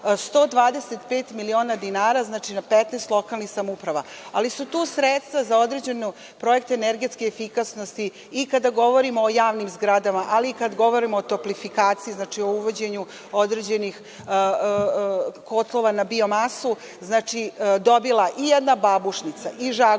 125 miliona dinara na 15 lokalnih samouprava. Tu su sredstva za određene projekte energetske efikasnosti i kada govorimo o javnim zgradama, ali i kada govorimo o toplifikaciji, o uvođenju određenih kotlova na biomasu. Dobila je Babušnica, Žagubica,